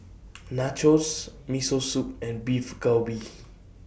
Nachos Miso Soup and Beef Galbi